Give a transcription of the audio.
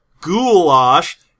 goulash